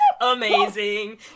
amazing